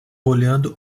olhando